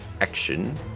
action